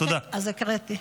אוקיי, אז הקראתי.